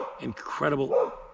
incredible